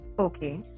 Okay